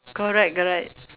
correct correct